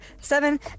seven